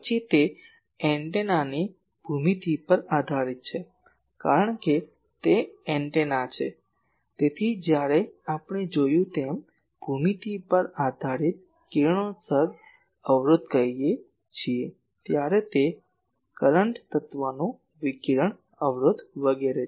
પછી તે એન્ટેનાની ભૂમિતિ પર આધારીત છે કારણ કે તે એન્ટેના છે તેથી જ્યારે આપણે જોયું તેમ ભૂમિતિ પર આધારીત કિરણોત્સર્ગ અવરોધ કહીએ છીએ ત્યારે તે કરંટ તત્વનું વિકિરણ અવરોધ વગેરે